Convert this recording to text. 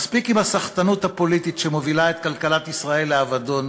מספיק עם הסחטנות הפוליטית שמובילה את כלכלת ישראל לאבדון,